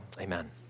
amen